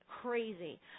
crazy